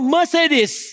Mercedes